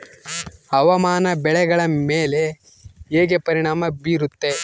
ಹವಾಮಾನ ಬೆಳೆಗಳ ಮೇಲೆ ಹೇಗೆ ಪರಿಣಾಮ ಬೇರುತ್ತೆ?